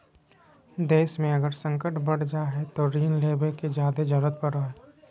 देश मे अगर संकट बढ़ जा हय तो ऋण लेवे के जादे जरूरत पड़ो हय